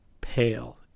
pale